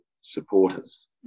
supporters